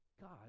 God